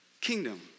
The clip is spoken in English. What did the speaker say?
Kingdom